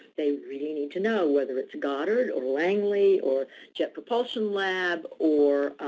they really need to know whether it's goddard, or langley, or jet propulsion lab, or